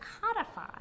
codify